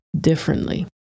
Differently